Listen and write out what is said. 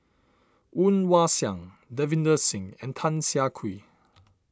Woon Wah Siang Davinder Singh and Tan Siah Kwee